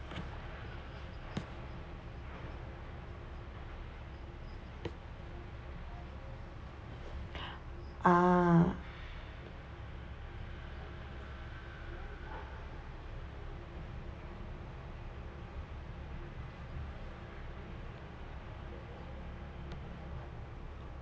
ah